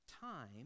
time